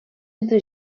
entre